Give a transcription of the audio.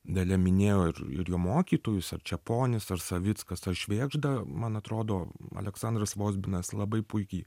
dalia minėjo ir ir jo mokytojus ar čeponis ar savickas ar švėgžda man atrodo aleksandras vozbinas labai puikiai